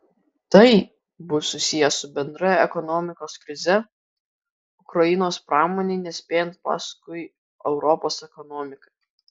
tai bus susiję su bendra ekonomikos krize ukrainos pramonei nespėjant paskui europos ekonomiką